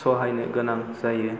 सहायनो गोनां जायो